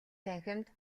танхимд